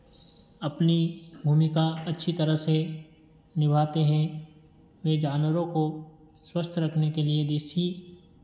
अपनी भूमिका अच्छी तरह से निभाते हैं वे जानवरों को स्वस्थ रखने के लिए देशी